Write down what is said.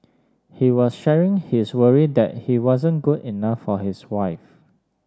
he was sharing his worry that he wasn't good enough for his wife